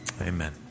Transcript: Amen